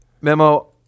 memo